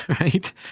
right